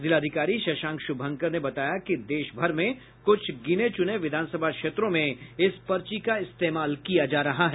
जिलाधिकारी शशांक शुभंकर ने बताया कि देश भर में कुछ गिने चुने विधानसभा क्षेत्रों में इस पर्ची का इस्तेमाल किया जा रहा है